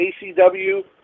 ACW